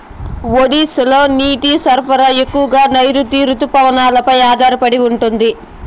ఒడిశాలో నీటి సరఫరా ఎక్కువగా నైరుతి రుతుపవనాలపై ఆధారపడి ఉంటుంది